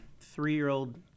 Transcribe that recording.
three-year-old